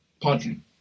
Pardon